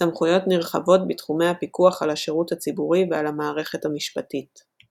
סמכויות נרחבות בתחומי הפיקוח על השירות הציבורי ועל המערכת המשפטית.